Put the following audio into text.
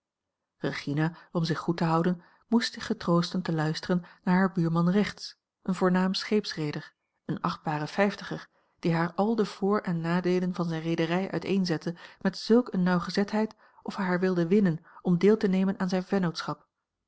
regina om zich goed te houden moest zich getroosten te luisteren naar haar buurman rechts een voornaam scheepsreeder een achtbaren vijftiger die haar al de voor en nadeelen van zijne reederij uiteenzette met zulk eene nauwgezetheid of hij haar wilde winnen om deel te nemen aan zijne vennootschap